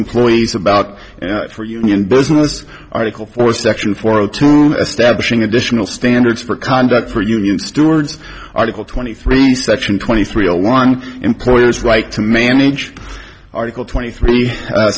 employees about for union business article four section four zero two establishing additional standards for conduct for union stewards article twenty three section twenty three a one employer's right to manage article twenty three